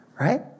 Right